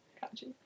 Catchy